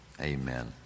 Amen